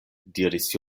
diris